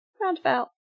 Roundabout